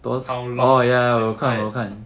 how long is